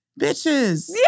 Bitches